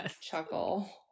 chuckle